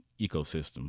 ecosystem